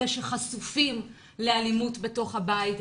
שחשופים לאלימות בתוך הבית,